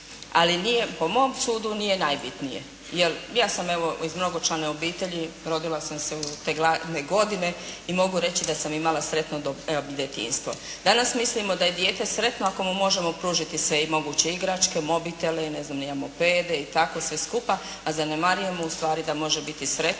Ali nije, po mom sudu nije najbitnije. Jer ja sam evo iz mnogočlane obitelji. Rodila sam se te gladne godine i mogu reći da sam imala sretno evo djetinjstvo. Danas mislimo da je dijete sretno ako mu možemo pružiti sve, i moguće igračke, mobitele i ne znam i ja mopede i tako sve skupa, a zanemaruje ustvari da može biti sretno